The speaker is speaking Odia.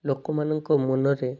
ଲୋକମାନଙ୍କ ମନରେ